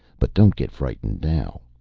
but don't get frightened now.